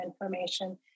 information